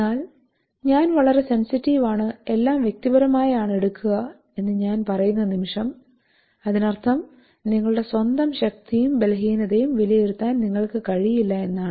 എന്നാൽ ഞാൻ വളരെ സെൻസിറ്റീവാണ് എല്ലാം വ്യക്തിപരമായാണ് എടുക്കുക എന്ന് ഞാൻ പറയുന്ന നിമിഷം അതിനർത്ഥം നിങ്ങളുടെ സ്വന്തം ശക്തിയും ബലഹീനതയും വിലയിരുത്താൻ നിങ്ങൾക്ക് കഴിയില്ല എന്നാണ്